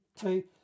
two